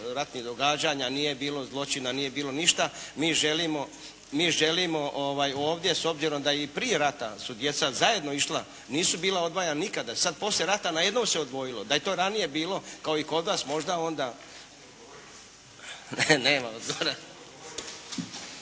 ratnih događanja, nije bilo zločina, nije bilo ništa mi želimo ovdje s obzirom da i prije rata su djeca zajedno išla, nisu bila odvajana nikad. Sad poslije rata najednom se odvojilo. Da je to ranije bilo kao i kod vas možda onda. …/Upadica